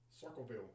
Circleville